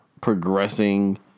progressing